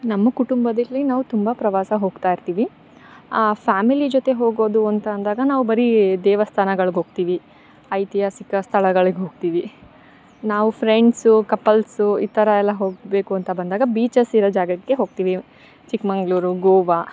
ನಮ್ಮ ಕುಟುಂಬದಲ್ಲಿ ನಾವು ತುಂಬ ಪ್ರವಾಸ ಹೋಗ್ತಾ ಇರ್ತೀವಿ ಫ್ಯಾಮಿಲಿ ಜೊತೆ ಹೋಗೋದು ಅಂತ ಅಂದಾಗ ನಾವು ಬರೀ ದೇವಸ್ಥಾನಗಳಿಗೆ ಹೋಗ್ತೀವಿ ಐತಿಹಾಸಿಕ ಸ್ಥಳಗಳಿಗೆ ಹೋಗ್ತೀವಿ ನಾವು ಫ್ರೆಂಡ್ಸು ಕಪಲ್ಸು ಈ ಥರ ಎಲ್ಲ ಹೋಗಬೇಕು ಅಂತ ಬಂದಾಗ ಬೀಚಸ್ ಇರೋ ಜಾಗಕ್ಕೆ ಹೋಗ್ತೀವಿ ಚಿಕ್ಕಮಗಳೂರು ಗೋವಾ